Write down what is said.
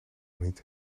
niet